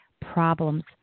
problems